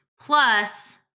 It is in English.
Plus